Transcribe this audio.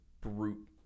brute